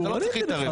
אתה לא צריך להתערב.